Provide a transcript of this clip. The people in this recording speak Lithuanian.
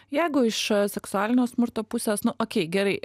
jeigu iš seksualinio smurto pusės nu okei gerai